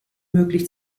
möglich